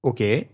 Okay